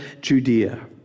Judea